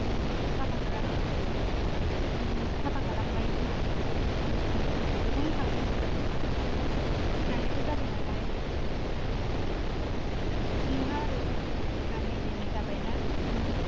औ साफा खालाम साफा खालामबाय खोमा औ औ बेखौनो थांनो नंगासिनो गोजाननिबो जाबाय नालाय नोंहा ओरै लकेल नि गामिनिबो जाबाय ना ओम